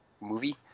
movie